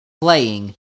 playing